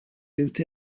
liwt